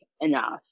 enough